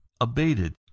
abated